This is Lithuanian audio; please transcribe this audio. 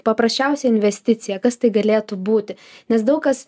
paprasčiausia investicija kas tai galėtų būti nes daug kas